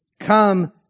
Come